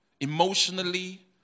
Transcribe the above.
Emotionally